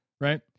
right